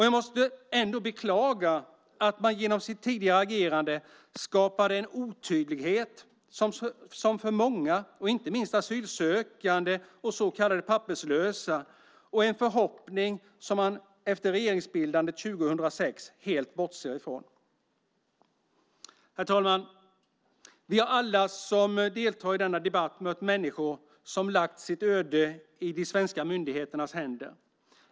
Jag måste ändå beklaga att man genom sitt tidigare agerande skapade en otydlighet för många, inte minst asylsökande och så kallade papperslösa, och en förhoppning som man efter regeringsbildandet 2006 helt bortser ifrån. Herr talman! Vi har alla som deltar i denna debatt mött människor som har lagt sitt öde i de svenska myndigheternas händer.